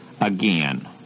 again